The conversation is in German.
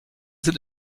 sind